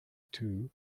two